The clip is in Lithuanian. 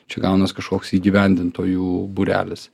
čia gaunas kažkoks įgyvendintojų būrelis